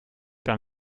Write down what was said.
gar